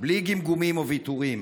בלי גמגומים או ויתורים.